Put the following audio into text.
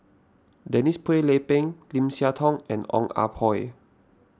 Denise Phua Lay Peng Lim Siah Tong and Ong Ah Hoi